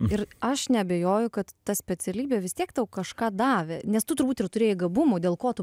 ir aš neabejoju kad ta specialybė vis tiek tau kažką davė nes tu turbūt ir turėjai gabumų dėl ko tu